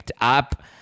up